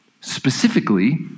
specifically